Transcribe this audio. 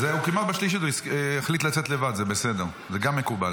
הוא החליט לצאת לבד, זה בסדר, זה גם מקובל.